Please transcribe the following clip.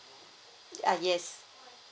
ah yes